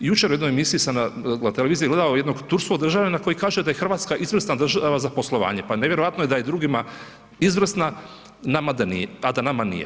Jučer u jednoj emisiji sam na televiziji gledao jednog turskog državljanina koji kaže da je RH izvrsna država za poslovanje, pa nevjerojatno je da je drugima izvrsna, nama da nije, a da nama nije.